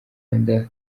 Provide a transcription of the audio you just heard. rwanda